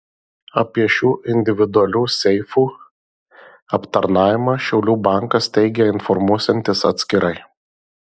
apie šių individualių seifų aptarnavimą šiaulių bankas teigia informuosiantis atskirai